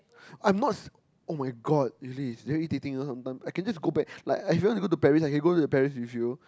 I'm not say [oh]-my-god really it's very irritating you know sometime I can just go back like if you want to go to the Paris I can go to the Paris with you